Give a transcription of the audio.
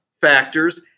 Factors